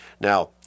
Now